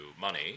money